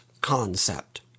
concept